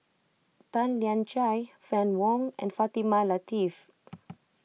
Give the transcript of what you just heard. Tan Lian Chye Fann Wong and Fatimah Lateef